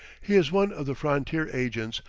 he is one of the frontier agents,